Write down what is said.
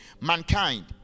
mankind